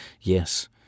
yes